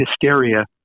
Hysteria